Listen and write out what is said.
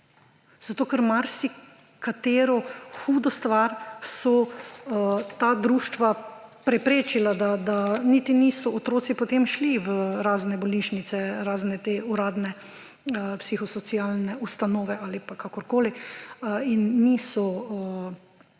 zato ker marsikatero hudo stvar so ta društva preprečila, da niti niso otroci potem šli v razne bolnišnice, razne te uradne psihosocialne ustanove ali pa kakorkoli in niso